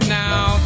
now